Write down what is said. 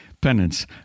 penance